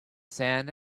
sand